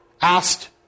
asked